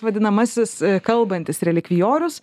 vadinamasis kalbantis relikvijorius